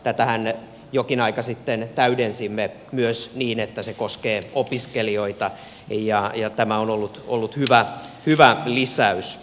tätähän jokin aika sitten täydensimme myös niin että se koskee opiskelijoita ja tämä on ollut hyvä lisäys